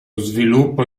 sviluppo